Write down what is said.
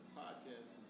podcast